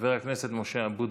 חבר הכנסת משה אבוטבול,